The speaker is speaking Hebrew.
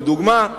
לדוגמה,